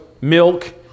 milk